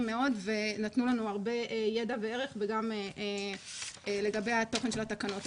מאוד ונתנו לנו הרבה ידע וערך וגם לגבי התוכן של התקנות.